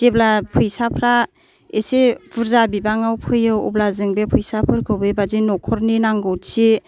जेब्ला फैसाफ्रा एसे बुरजा बिबाङाव फैयो अब्ला जों बे फैसाफोरखौ बेबादि नखरनि नांगौथि